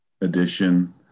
edition